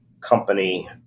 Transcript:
company